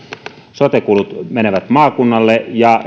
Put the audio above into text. sote kulut menevät maakunnalle ja